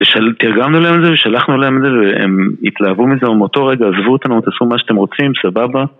תרגמנו להם את זה, ושלחנו להם את זה, והם התלהבו מזה, ומאותו רגע עזבו אותנו ואמרו תעשו מה שאתם רוצים, סבבה.